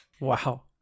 Wow